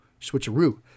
switcheroo